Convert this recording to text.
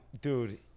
Dude